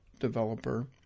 developer